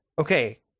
okay